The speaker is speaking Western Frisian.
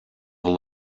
wol